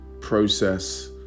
process